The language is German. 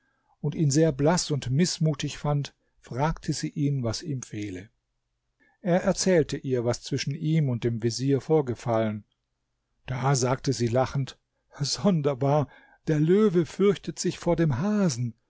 und ihn sehr blaß und mißmutig fand fragte sie ihn was ihm fehle er erzählte ihr was zwischen ihm und dem vezier vorgefallen da sagte sie lachend sonderbar der löwe fürchtet sich vor dem hasen